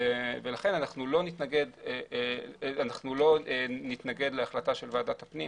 לכן אנו לא נתנגד להחלטה של ועדת הפנים